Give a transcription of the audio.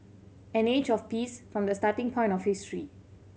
an age of peace from the starting point of history